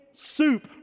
soup